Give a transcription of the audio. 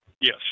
Yes